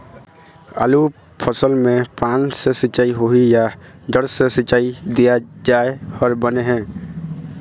आलू फसल मे पान से सिचाई होही या जड़ से सिचाई दिया जाय हर बने हे?